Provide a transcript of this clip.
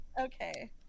okay